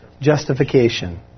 justification